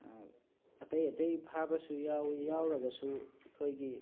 ꯑꯇꯩ ꯑꯇꯩ ꯐꯥꯕꯁꯨ ꯌꯥꯎꯋꯤ ꯌꯥꯎꯔꯒꯁꯨ ꯑꯩꯈꯣꯏꯒꯤ